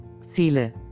Ziele